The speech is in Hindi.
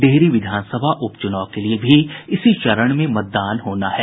डिहरी विधानसभा उप चूनाव के लिये भी इसी चरण में मतदान होना है